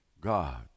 God